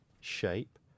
shape